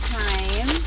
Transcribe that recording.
time